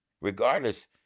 Regardless